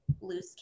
loose